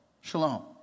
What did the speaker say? Shalom